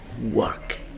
work